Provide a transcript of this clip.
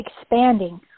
expanding